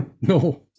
no